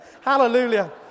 Hallelujah